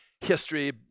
history